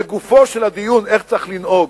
לגופו של הדיון איך צריך לנהוג.